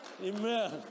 Amen